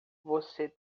você